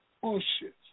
Bullshit